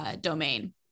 domain